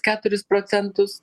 keturis procentus